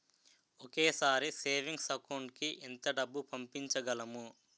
ఒకేసారి savings account కి ఎంత డబ్బు పంపించగలము?